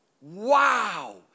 wow